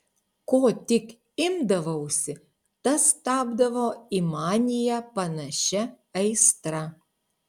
ko tik imdavausi tas tapdavo į maniją panašia aistra